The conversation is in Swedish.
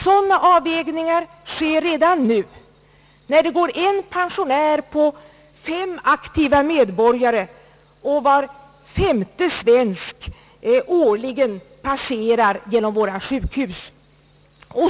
Sådana avvägningar sker redan nu när det finns en pensionär på fem aktiva medborgare, och var femte svensk årligen passerar genom våra sjukhus.